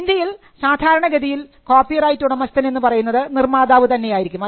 ഇന്ത്യയിൽ സാധാരണഗതിയിൽ കോപ്പിറൈറ്റ് ഉടമസ്ഥൻ എന്ന് പറയുന്നത് നിർമ്മാതാവ് തന്നെയായിരിക്കും